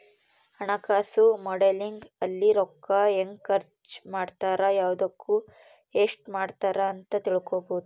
ಹಣಕಾಸು ಮಾಡೆಲಿಂಗ್ ಅಲ್ಲಿ ರೂಕ್ಕ ಹೆಂಗ ಖರ್ಚ ಮಾಡ್ತಾರ ಯವ್ದುಕ್ ಎಸ್ಟ ಮಾಡ್ತಾರ ಅಂತ ತಿಳ್ಕೊಬೊದು